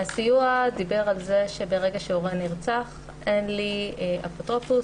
נציגת הסיוע המשפטי דיברה על כך שברגע שהורה נרצח אין לילד אפוטרופוס.